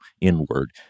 inward